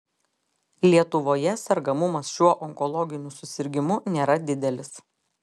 lietuvoje sergamumas šiuo onkologiniu susirgimu nėra didelis